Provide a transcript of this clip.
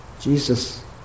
Jesus